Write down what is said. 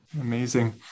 Amazing